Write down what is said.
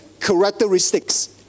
characteristics